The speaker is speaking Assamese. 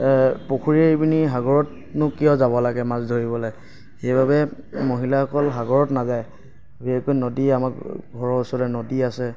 পুখুৰী এৰি পেনি সাগৰতনো কিয় যাব লাগে মাছ ধৰিবলৈ সেইবাবে মহিলাসকল সাগৰত নাযায় বিশেষকৈ নদী আমাৰ ঘৰৰ ওচৰতে নদী আছে